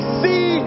see